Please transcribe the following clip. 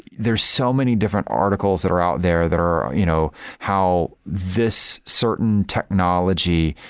there're so many different articles that are out there that are you know how this certain technology,